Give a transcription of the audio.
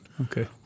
Okay